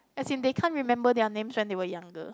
as in they can't remember their names when they were younger